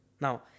Now